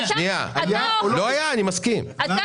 ------ מה